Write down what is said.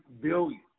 billion